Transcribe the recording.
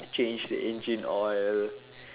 change the engine oil